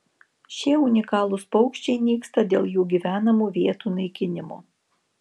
šie unikalūs paukščiai nyksta dėl jų gyvenamų vietų naikinimo